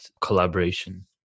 collaboration